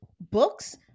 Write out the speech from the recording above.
books